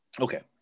Okay